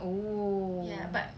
oh